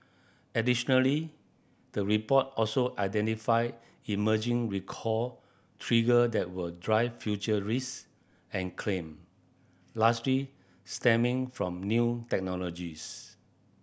additionally the report also identified emerging recall trigger that will drive future risk and claim largely stemming from new technologies